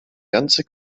ganze